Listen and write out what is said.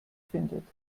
findet